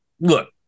Look